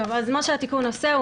מה שהתיקון עושה,